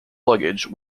luggage